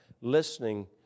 listening